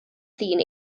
ddyn